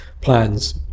plans